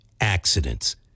accidents